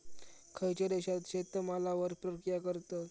खयच्या देशात शेतमालावर प्रक्रिया करतत?